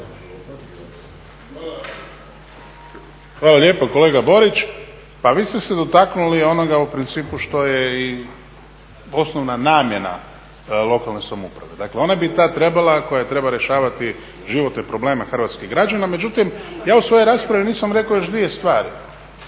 Hvala lijepa kolega Borić. Pa vi ste se dotaknuli onoga u principu što je i osnovna namjena lokalne samouprave. Dakle, ona bi tad trebala, koja treba rješavati životne probleme hrvatskih građana. Međutim, ja u svojoj raspravi nisam još rekao dvije stvari.